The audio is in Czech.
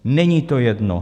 Není to jedno.